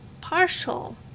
partial